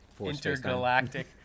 intergalactic